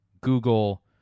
Google